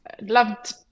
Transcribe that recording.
loved